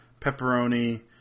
pepperoni